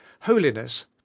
holiness